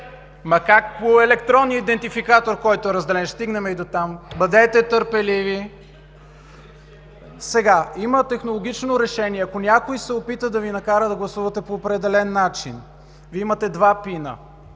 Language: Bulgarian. Как по електронния идентификатор, който е разделен? Ще стигнем и до там, бъдете търпеливи! Има технологично решение, ако някой се опита да Ви накара да гласувате по определен начин. Вие имате два PIN-а.